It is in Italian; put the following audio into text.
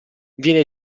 viene